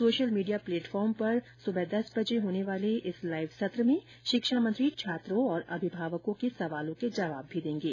social media platform पर दस बजे होने वाले इस लाइव संत्र में शिक्षा मंत्री छात्रों और अभिभावकों के सवालों के जवाब भी देंगे